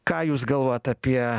ką jūs galvojat apie